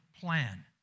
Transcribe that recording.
plan